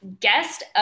guest